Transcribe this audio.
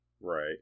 right